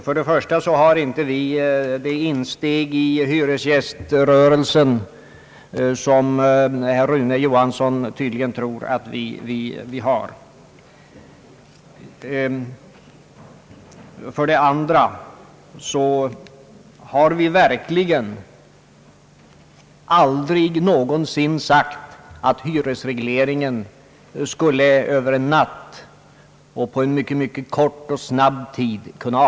För det första har vi inte det insteg i hyresgäströrelsen som herr Rune Johansson tydligen tror att vi har. För det andra har vi verkligen aldrig någonsin sagt att hyresregleringen skulle avvecklas över en natt.